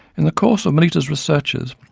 in the course of melita's researches,